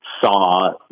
saw